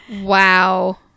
Wow